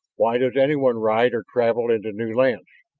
why does anyone ride or travel into new lands?